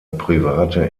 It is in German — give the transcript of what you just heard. private